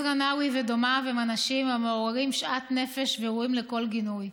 עזרא נאווי ודומיו הם אנשים המעוררים שאט נפש וראויים לכל גינוי.